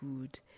good